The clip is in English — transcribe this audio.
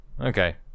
Okay